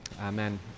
amen